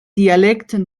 dialekten